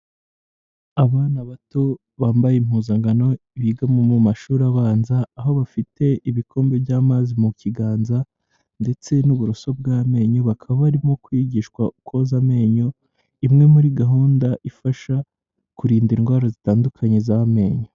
Abana bato bambaye impuzankano biga mu mashuri abanza, aho bafite ibikombe by'amazi mu kiganza ndetse n'uburoso bw'amenyo, bakaba barimo kwigishwa koza amenyo imwe muri gahunda ifasha kurinda indwara zitandukanye z'amenyo.